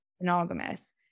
monogamous